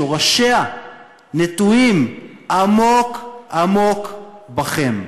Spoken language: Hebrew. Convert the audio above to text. שורשיה נטועים עמוק עמוק בכם.